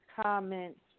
comments